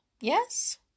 Yes